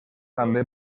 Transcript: també